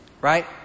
right